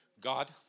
God